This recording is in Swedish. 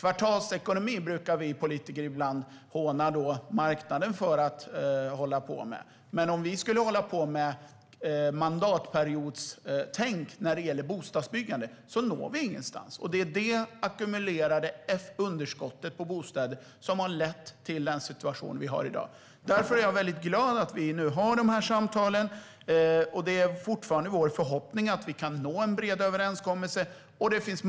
Vi politiker brukar ibland håna marknaden för att hålla på med kvartalsekonomi, men om vi skulle hålla på med mandatperiodstänk när det gäller bostadsbyggande når vi ingenstans. Det är det ackumulerade underskottet på bostäder som har lett till den situation vi har i dag. Därför är jag väldigt glad att vi nu har dessa samtal. Det är fortfarande vår förhoppning att vi kan nå en bred överenskommelse.